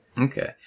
Okay